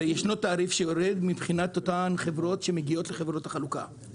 הרי ישנו תעריף שיורד מבחינת אותן חברות שמגיעות לחברות החלוקה.